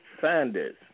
Sanders